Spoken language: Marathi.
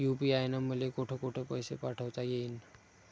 यू.पी.आय न मले कोठ कोठ पैसे पाठवता येईन?